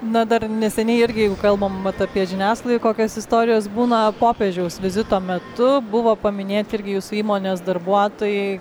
na dar neseniai irgi jeigu kalbam vat apie žiniasklaidoj kokios istorijos būna popiežiaus vizito metu buvo paminėti irgi jūsų įmonės darbuotojai